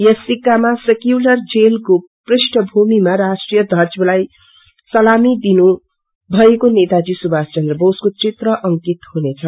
यस सिकामा सेल्यूलर जेलको पृष्ठभूमिमा राष्ट्रिय ध्वजलाई सलामी दिनुभएको नेताजी सुभाष चन्द्र बोसको चित्र अंकित हुनेछ